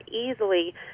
easily